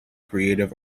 creative